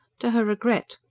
to her regret.